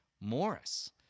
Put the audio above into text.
Morris